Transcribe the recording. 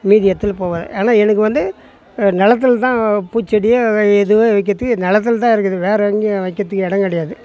மீதி எத்தினு போகாத ஆனால் எனக்கு வந்து நிலத்துல தான் பூச்செடி எதுவும் வைக்கிறத்துக்கு நிலத்துல தான் இருக்குது வேறு எங்கேயும் வைக்கிறத்துக்கு இடம் கிடையாது